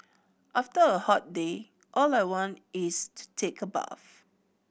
after a hot day all I want is to take a bath